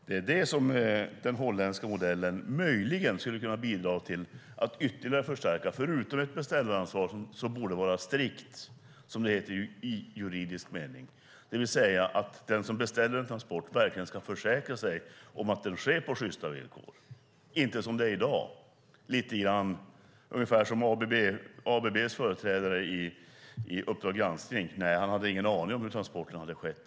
Det är det som den holländska modellen möjligen skulle kunna bidra till att ytterligare förstärka, förutom att beställaransvaret borde vara strikt, som det heter i juridisk mening, det vill säga att den som beställer en transport verkligen ska försäkra sig om att den sker på sjysta villkor. Det får inte vara så som det är i dag då det är ungefär som ABB:s företrädare i Uppdrag granskning sade: Han hade ingen aning om hur transporterna hade skett.